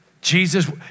Jesus